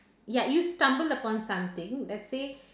ya you stumbled upon something let's say